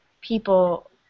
people